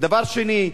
ודבר שני,